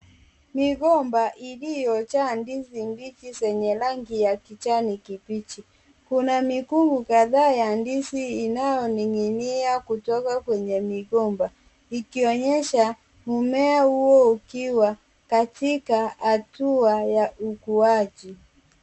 Migomba iliyojaa ndizi mbichi zenye rangi ya kijani kibichi, kuna mikungu kadhaa ya ndizi inayoning'inia kutoka kwenye migomba. Ikionyesha mmea huo ukiwa katika hatua ya ukuaji.